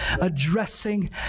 addressing